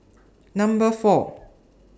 Number four